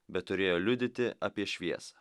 bet turėjo liudyti apie šviesą